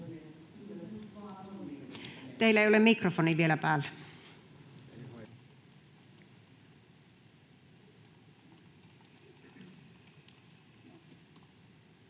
Teillä ei ole mikrofoni vielä päällä.